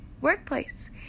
workplace